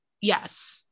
Yes